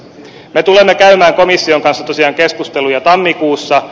me tulemme käymään komission kanssa tosiaan keskusteluja tammikuussa